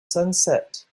sunset